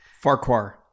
Farquhar